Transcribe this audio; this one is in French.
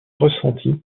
ressenti